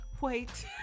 wait